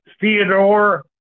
Theodore